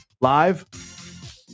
live